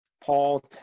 Paul